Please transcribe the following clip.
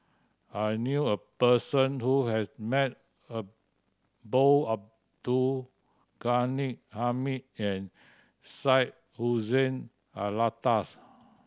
I knew a person who has met both Abdul Ghani Hamid and Syed Hussein Alatas